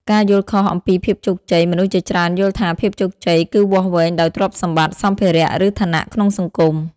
ការយល់ខុសអំពីភាពជោគជ័យ មនុស្សជាច្រើនយល់ថាភាពជោគជ័យគឺវាស់វែងដោយទ្រព្យសម្បត្តិ សម្ភារៈ ឬឋានៈក្នុងសង្គម ។